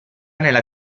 nella